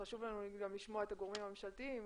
חשוב לנו לשמוע את הגורמים הממשלתיים,